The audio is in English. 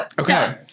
Okay